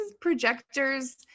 projectors